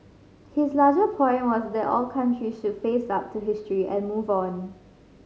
his larger point was that all countries should face up to history and move on